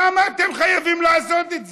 למה אתם חייבים לעשות את זה?